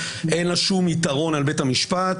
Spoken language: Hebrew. אין לה שום יתרון על בית המשפט.